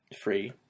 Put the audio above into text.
free